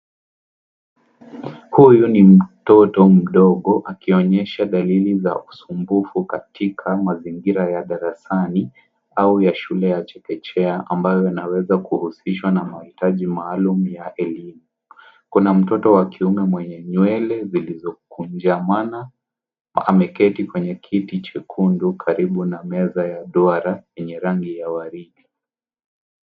Huyu ni mtoto mdogo akionyesha dalili za usumbufu katika mazingira ya darasani au ya shule ya chekechea, ambayo anaweza kuhusishwa na mahitaji maalum ya elimu. Kuna mtoto wa kiume mwele nywele zilizokunjamana. Ameketi kwenye kiti chekundu karibu na meza ya duara yenye rangi ya waridi.